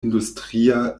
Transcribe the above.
industria